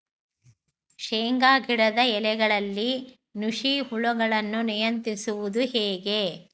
ಶೇಂಗಾ ಗಿಡದ ಎಲೆಗಳಲ್ಲಿ ನುಷಿ ಹುಳುಗಳನ್ನು ನಿಯಂತ್ರಿಸುವುದು ಹೇಗೆ?